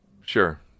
Sure